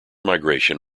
migration